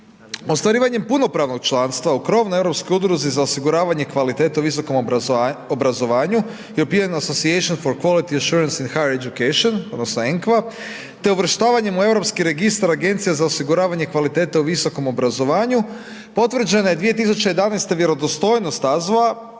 Ostvarivanjem punopravnog članstva u krovnoj europskoj Udruzi za osiguravanje kvalitete u visokom obrazovanju, European Association for Quality Assurance in Higher Education odnosno ENQA, te uvrštavanje u europski Registar agencija za osiguravanje kvalitete u visokom obrazovanju, potvrđena je 2011. vjerodostojnost AZVO-a,